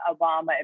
Obama